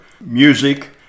music